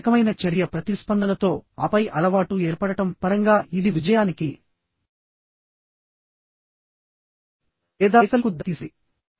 ఈ రకమైన చర్య ప్రతిస్పందనతోఆపై అలవాటు ఏర్పడటం పరంగా ఇది విజయానికి లేదా వైఫల్యం కు దారితీస్తుంది